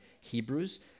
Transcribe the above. Hebrews